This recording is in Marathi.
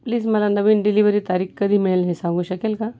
प्लीज मला नवीन डिलिवरी तारीख कधी मिळेल हे सांगू शकेल का